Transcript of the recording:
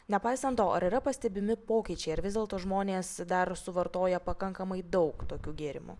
nepaisant to ar yra pastebimi pokyčiai ar vis dėlto žmonės dar suvartoja pakankamai daug tokių gėrimų